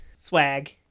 swag